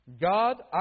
God